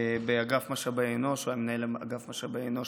באגף משאבי אנוש, הוא היה מנהל אגף משאבי אנוש.